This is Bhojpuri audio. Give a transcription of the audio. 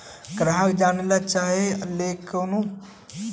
ग्राहक जानेला चाहे ले की ऊ अपने घरे के अकेले कमाये वाला बड़न उनका के लोन मिली कि न?